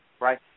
right